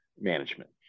management